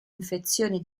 infezioni